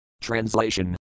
Translation